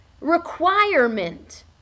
requirement